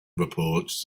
reports